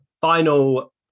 Final